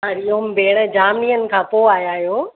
हरीओम भेण जाम ॾींहंनि खां पोइ आया आहियो